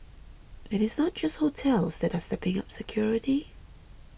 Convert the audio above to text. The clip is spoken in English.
it is not just hotels that are stepping up security